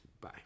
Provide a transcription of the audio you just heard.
Bye